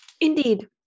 Indeed